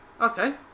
Okay